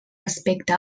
respecte